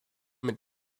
mit